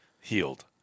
healed